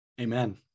Amen